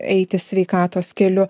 eiti sveikatos keliu